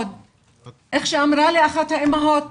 איך שאמרה לי אחת האימהות,